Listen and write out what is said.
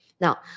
Now